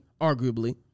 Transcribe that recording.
arguably